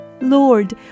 Lord